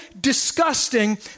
disgusting